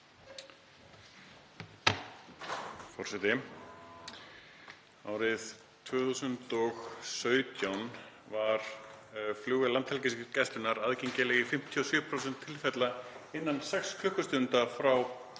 Forseti. Árið 2017 var flugvél Landhelgisgæslunnar aðgengileg í 57% tilfella innan sex klukkustunda frá